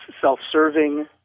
self-serving